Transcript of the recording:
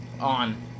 on